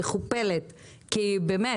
כפולה ומכופלת כי באמת,